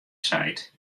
seit